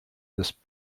this